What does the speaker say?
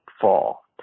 fall